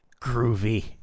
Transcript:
Groovy